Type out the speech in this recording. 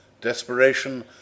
Desperation